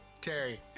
Terry